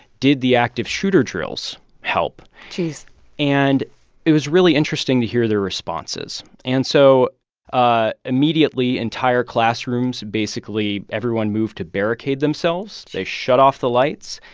did the active shooter drills help? jeez and it was really interesting to hear their responses. and so ah immediately, entire classrooms basically, everyone moved to barricade themselves. they shut off the lights.